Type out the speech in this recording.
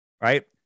right